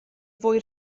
fwy